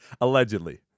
allegedly